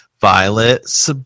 Violet